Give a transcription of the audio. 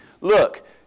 Look